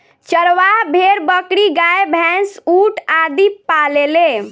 चरवाह भेड़, बकरी, गाय, भैन्स, ऊंट आदि पालेले